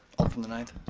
um from the ninth.